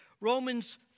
Romans